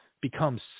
becomes